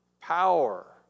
power